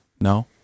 No